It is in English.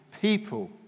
people